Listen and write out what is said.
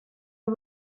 who